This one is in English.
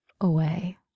away